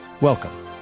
Welcome